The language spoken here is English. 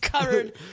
Covered